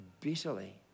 bitterly